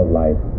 life